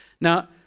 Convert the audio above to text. Now